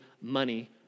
money